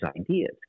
ideas